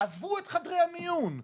עזבו את חדרי המיון.